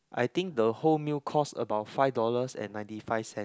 I think the whole meal cost about five dollars and ninety five cent